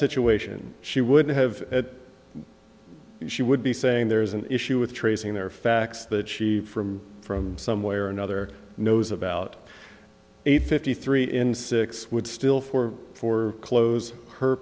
situation she would have that she would be saying there is an issue with tracing their facts that she from from some way or another knows about a fifty three in six would still for four close her